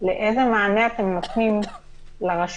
לאיזה מענה אתם נותנים לרשויות,